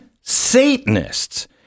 Satanists